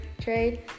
trade